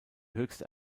höchste